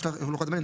יש לנו לוחות זמנים.